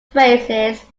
phrases